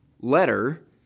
letter